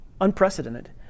Unprecedented